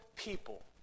people